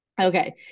Okay